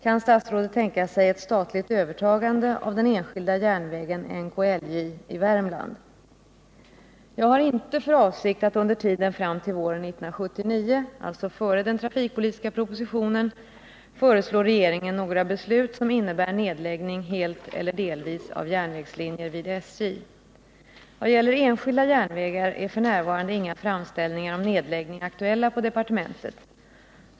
Kan statsrådet tänka sig ett statligt övertagande av den enskilda järnvägen NKLJ i Värmland?” Jag har inte för avsikt att under tiden fram till våren 1979, alltså före den trafikpolitiska propositionen, föreslå regeringen några beslut som innebär nedläggning helt eller delvis av järnvägslinjer vid SJ. Vad gäller enskilda järnvägar är f. n. inga framställningar om nedläggning aktuella på departementet.